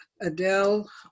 Adele